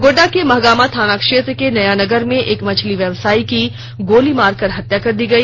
गोड्डा के महगामा थाना क्षेत्र के नयानगर में एक मछली व्यवसाई की गोली मारकर हत्या कर दी गई